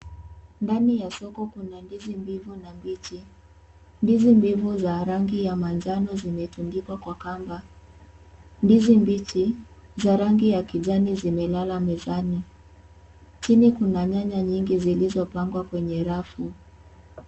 Ndani ya soko kuna ndizi mbivu na mbichi. Ndizi mbivu za rangi ya manjano zimetundikwa kwa kamba. Ndizi mbichi za rangi ya kijani zimelala mezani. Chini kuna nyanya nyingi zilizopangwa kwenye rafu.